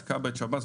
את כב"א ואת שב"ס.